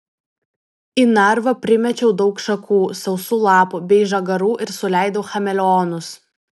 į narvą primečiau daug šakų sausų lapų bei žagarų ir suleidau chameleonus